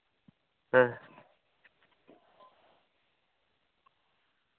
ᱦᱮᱸ